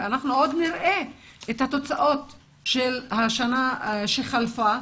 ואנחנו עוד נראה את התוצאות של השנה שחלפה,